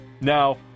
now